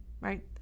right